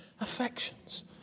affections